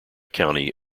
county